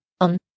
On